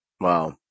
Wow